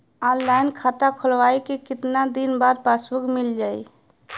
Online खाता खोलवईले के कितना दिन बाद पासबुक मील जाई?